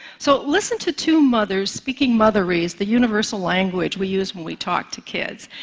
so listen to two mothers speaking motherese, the universal language we use when we talk to kids,